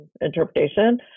interpretation